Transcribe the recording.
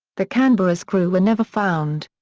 the canberra's crew were never found.